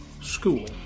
school